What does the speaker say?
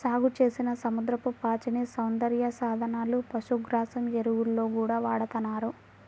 సాగుచేసిన సముద్రపు పాచిని సౌందర్య సాధనాలు, పశుగ్రాసం, ఎరువుల్లో గూడా వాడతన్నారు